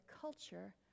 culture